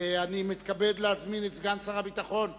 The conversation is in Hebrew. אני מתכבד להזמין את סגן שר הביטחון וילנאי,